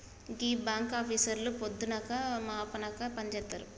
గీ బాంకాపీసర్లు పొద్దనక మాపనక పనిజేత్తరు